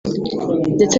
ndetse